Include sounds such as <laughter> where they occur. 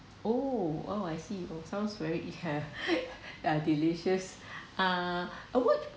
oh oh I see oh sounds very it have <laughs> uh delicious ah uh what